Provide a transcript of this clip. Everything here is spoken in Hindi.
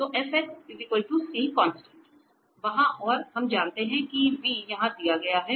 तो F c वहाँ और हम जानते हैं कि v यहाँ दिया गया है